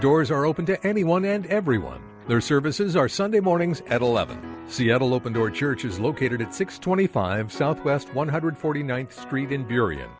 doors are open to anyone and everyone their services are sunday mornings at eleven seattle open door church is located at six twenty five south west one hundred forty ninth street in geary